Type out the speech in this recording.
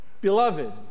beloved